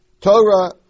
Torah